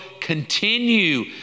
Continue